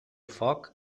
foc